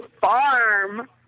farm